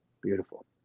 beautiful